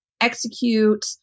execute